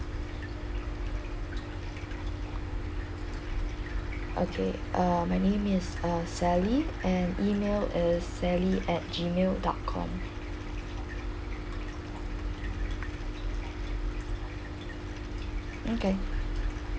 okay uh my name is uh sally and email is sally at G mail dot com okay